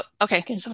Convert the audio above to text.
Okay